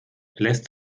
lässt